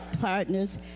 partners